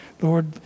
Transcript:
Lord